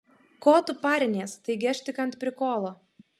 ko tu parinies taigi aš tik ant prikolo